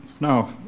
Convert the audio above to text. No